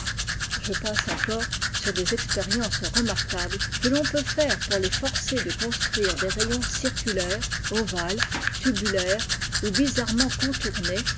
je passe encore sur i des expériences remarquables que l'on peut faire pour les forcer de construire des rayons circulaires ovales tubulaires ou bizarrement contournés